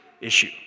issue